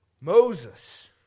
Moses